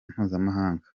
mpuzamahanga